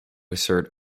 assert